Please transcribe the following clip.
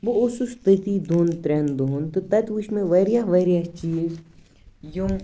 بہٕ اوٗسُس تٔتی دۄن ترٛیٚن دۄہَن تہٕ تَتہِ وُچھ مےٚ واریاہ واریاہ چیٖز یِم